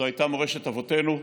זאת הייתה מורשת אבותינו,